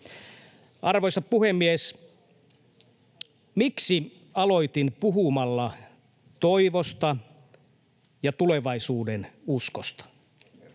Arvoisa puhemies! Miksi aloitin puhumalla toivosta ja tulevaisuudenuskosta?